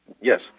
Yes